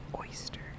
oyster